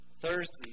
Thursday